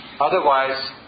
Otherwise